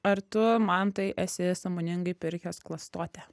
ar tu mantai esi sąmoningai pirkęs klastotę